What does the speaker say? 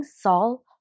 Saul